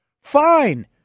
fine